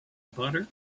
butter